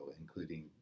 including